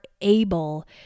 able